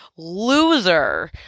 loser